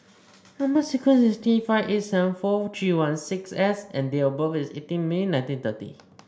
number sequence is T five eight seven four three one six S and date of birth is eighteen May nineteen thirty